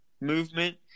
movement